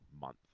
month